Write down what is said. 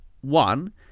One